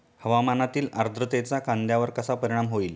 हवामानातील आर्द्रतेचा कांद्यावर कसा परिणाम होईल?